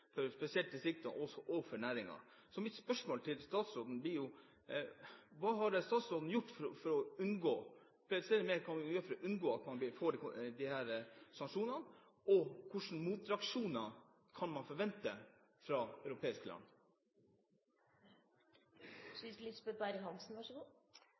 for spesielt distriktene og for næringen. Så mitt spørsmål til statsråden blir: Hva har statsråden gjort for å unngå – kan hun presisere mer hva man gjør for å unngå – at man får disse sanksjonene? Og hvilke motreaksjoner kan man forvente fra europeiske land?